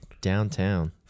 downtown